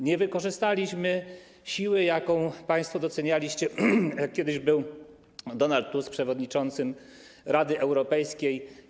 Nie wykorzystaliśmy siły, jaką państwo docenialiście, kiedy Donald Tusk był przewodniczącym Rady Europejskiej.